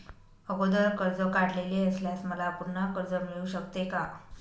अगोदर कर्ज काढलेले असल्यास मला पुन्हा कर्ज मिळू शकते का?